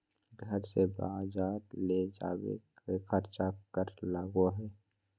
घर से बजार ले जावे के खर्चा कर लगो है?